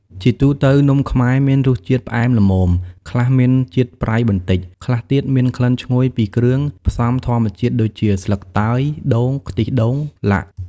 ជាទូទៅ នំខ្មែរមានរសជាតិផ្អែមល្មម ខ្លះមានជាតិប្រៃបន្តិច ខ្លះទៀតមានក្លិនឈ្ងុយពីគ្រឿងផ្សំធម្មជាតិដូចជាស្លឹកតើយ ដូង ខ្ទិះដូង។ល។